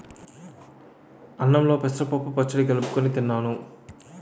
అన్నంలో పెసరపప్పు పచ్చడి కలుపుకొని తిన్నాను